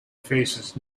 faces